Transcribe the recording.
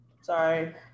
Sorry